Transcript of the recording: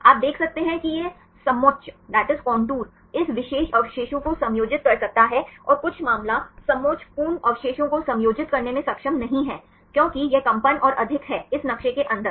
आप देख सकते हैं कि यह समोच्च इस विशेष अवशेषों को समायोजित कर सकता है और कुछ मामला समोच्च पूर्ण अवशेषों को समायोजित करने में सक्षम नहीं है क्योंकि यह कंपन और अधिक है इस नक्शे के अंदर